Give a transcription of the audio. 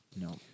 No